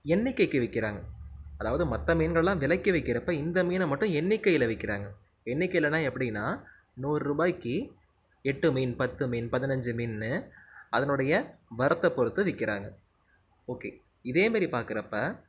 எண்ணிக்கைக்கு விக்கிறாங்க அதாவது மற்ற மீன்கள்லாம் விலைக்கி விற்கிறப்ப இந்த மீனை மட்டும் எண்ணிக்கையில் விற்கிறாங்க எண்ணிக்கைலனால் எப்படின்னா நூறுபாய்க்கு எட்டு மீன் பத்து மீன் பதினஞ்சு மீன்னு அதனுடைய வரத்தை பொறுத்து விற்கிறாங்க ஓகே இதேமாரி பார்க்குறப்ப